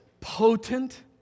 potent